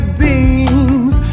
beams